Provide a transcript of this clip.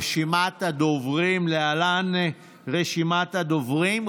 רשימת הדוברים, להלן רשימת הדוברים.